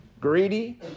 Greedy